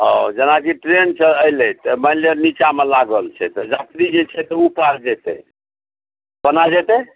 ओ जेनाकि ट्रेन सऽ अयलै तऽ मानि लिअ नीचाँमे लागल छै तऽ यात्री जे छै तऽ ओ पार जेतै कना जेतै